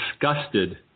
disgusted